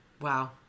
Wow